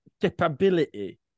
capability